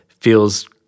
feels